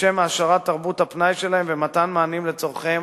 לשם העשרת תרבות הפנאי שלהם ומתן מענים לצורכיהם